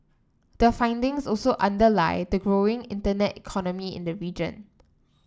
the findings also underlie the growing internet economy in the region